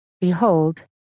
Behold